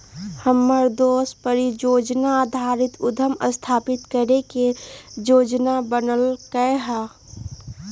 हमर दोस परिजोजना आधारित उद्यम स्थापित करे के जोजना बनलकै ह